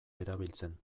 erabiltzen